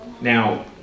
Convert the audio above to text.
Now